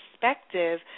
perspective